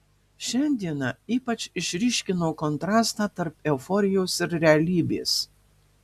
šiandiena ypač išryškino kontrastą tarp euforijos ir realybės